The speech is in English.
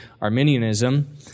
Arminianism